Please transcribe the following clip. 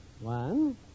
One